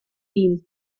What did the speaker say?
wien